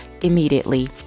immediately